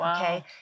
okay